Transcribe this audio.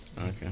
Okay